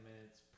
minutes